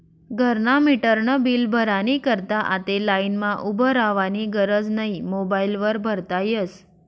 घरना मीटरनं बील भरानी करता आते लाईनमा उभं रावानी गरज नै मोबाईल वर भरता यस